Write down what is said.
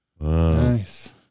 nice